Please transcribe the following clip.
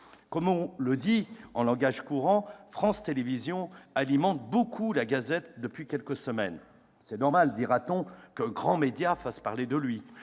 Comme on le dit en langage courant, France Télévisions alimente beaucoup la gazette depuis quelques semaines. C'est normal, dira-t-on, qu'un grand média fasse parler de lui,